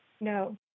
No